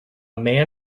man